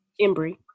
Embry